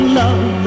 love